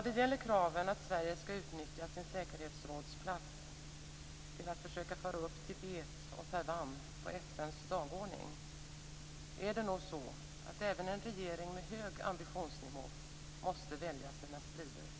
Vad gäller kraven på att Sverige skall utnyttja sin plats i säkerhetsrådet till att försöka föra upp Tibet och Taiwan på FN:s dagordning, får även en regering med hög ambitionsnivå välja sina strider.